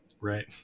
Right